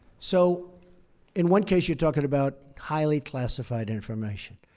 so in one case you're talking about highly classified information.